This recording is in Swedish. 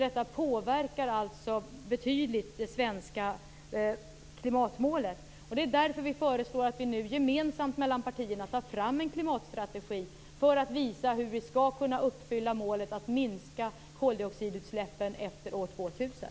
Detta påverkar alltså betydligt det svenska klimatmålet. Vi föreslår därför att partierna nu gemensamt tar fram en klimatstrategi för att visa hur vi skall kunna uppfylla målet att minska koldioxidutsläppen efter år 2000.